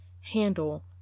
handle